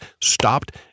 stopped